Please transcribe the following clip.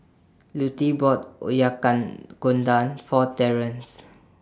Lutie bought For Terance